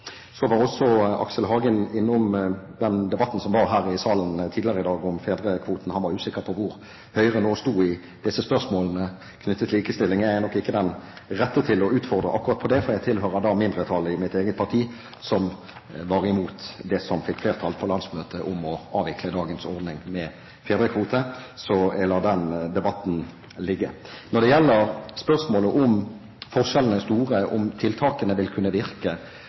Så var Aksel Hagen også innom den debatten som var her i salen tidligere i dag, om fedrekvoten. Han var usikker på hvor Høyre nå sto i disse spørsmålene knyttet til likestilling. Jeg er nok ikke den rette til å bli utfordret på akkurat det, for jeg tilhører mindretallet i mitt eget parti – jeg var imot det forslaget som fikk flertall på landsmøtet, om å avvikle dagens ordning med fedrekvote. Så jeg lar den debatten ligge. Når det gjelder spørsmålet om forskjellene er store, om tiltakene vil kunne virke